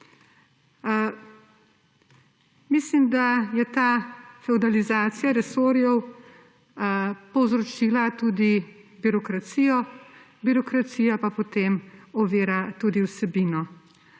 Mislim, da je ta fevdalizacija resorjev povzročila tudi birokracijo, birokracija pa potem ovira tudi vsebino.